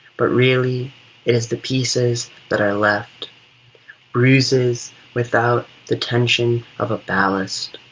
but really it is the pieces that are left bruises without the tension of a ballast.